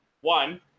One